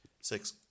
six